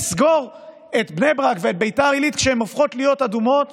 נסגור את בני ברק ואת ביתר עילית כשהן הופכות להיות אדומות